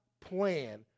plan